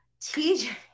TJ-